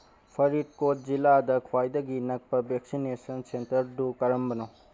ꯐꯔꯤꯠꯀꯣꯠ ꯖꯤꯂꯥꯗ ꯈ꯭ꯋꯥꯏꯗꯒꯤ ꯅꯛꯄ ꯚꯦꯛꯁꯤꯟꯅꯦꯁꯟ ꯁꯦꯟꯇꯔꯗꯨ ꯀꯔꯝꯕꯅꯣ